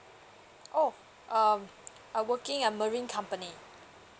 oh um I working at marine company